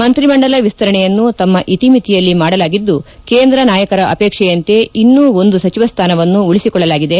ಮಂತ್ರಿಮಂಡಲ ವಿಸ್ತರಣೆಯನ್ನು ತಮ್ಮ ಇತಿಮಿತಿಯಲ್ಲಿ ಮಾಡಲಾಗಿದ್ದು ಕೇಂದ್ರ ನಾಯಕರ ಅಪೇಕ್ಷೆಯಂತೆ ಇನ್ನೂ ಒಂದು ಸಚಿವ ಸ್ಥಾನವನ್ನು ಉಳಿಸಿಕೊಳ್ಳಲಾಗಿದೆ